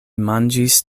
manĝis